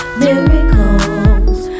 miracles